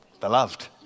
beloved